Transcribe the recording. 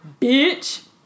bitch